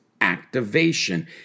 activation